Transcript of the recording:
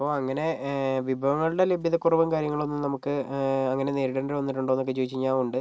ഇപ്പോൾ അങ്ങനെ വിഭവങ്ങളുടെ ലഭ്യതക്കുറവും കാര്യങ്ങളൊന്നും നമുക്ക് അങ്ങനെ നേരിടേണ്ടി വന്നിട്ടുണ്ടോ എന്നൊക്കെ ചോദിച്ച് കഴിഞ്ഞാൽ ഉണ്ട്